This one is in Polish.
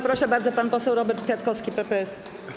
Proszę bardzo, pan poseł Robert Kwiatkowski, PPS.